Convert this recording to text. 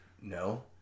no